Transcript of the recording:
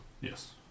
Yes